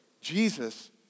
Jesus